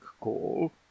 call